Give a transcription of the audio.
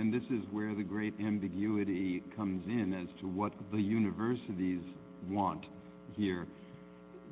and this is where the great comes in as to what the universities want